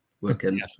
working